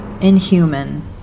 inhuman